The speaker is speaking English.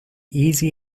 easy